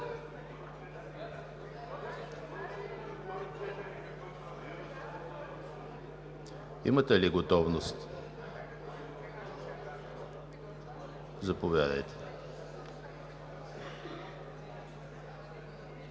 Имате ли готовност? Заповядайте.